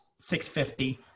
650